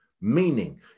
meaning